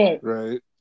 Right